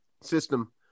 system